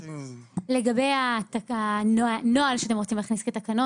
לגבי הנוהל שאתם רוצים להכניס כתקנות,